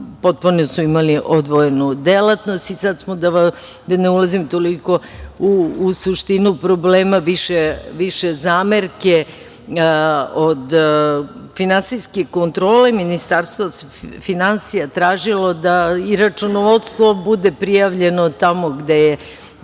potpuno su imali odvojenu delatnost. Da ne ulazim toliko u suštinu problema, više zamerke od finansijske kontrole, Ministarstvo finansija je tražilo da i računovodstvo bude prijavljeno tamo gde je